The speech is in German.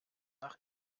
nach